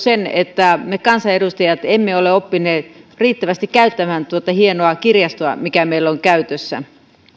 sitä että me kansanedustajat emme ole oppineet riittävästi käyttämään tuota hienoa kirjastoa mikä meillä on käytössä